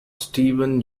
steven